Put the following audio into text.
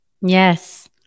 Yes